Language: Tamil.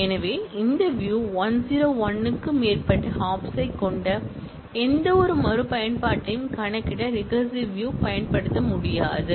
எனவே இந்த வியூ 101 க்கும் மேற்பட்ட ஹாப்ஸைக் கொண்ட எந்தவொரு மறுபயன்பாட்டையும் கணக்கிட ரிகரசிவ் வியூ பயன்படுத்த முடியாது